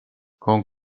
con